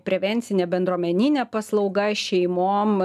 prevencinė bendruomeninė paslauga šeimom